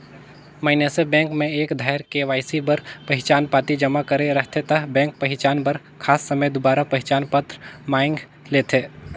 मइनसे बेंक में एक धाएर के.वाई.सी बर पहिचान पाती जमा करे रहथे ता बेंक पहिचान बर खास समें दुबारा पहिचान पत्र मांएग लेथे